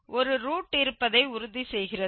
ஒரு ரூட் இருப்பதை உறுதி செய்கிறது